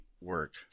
work